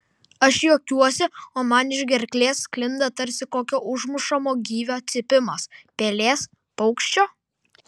aš juokiuosi o man iš gerklės sklinda tarsi kokio užmušamo gyvio cypimas pelės paukščio